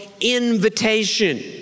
invitation